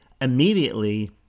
immediately